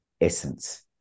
essence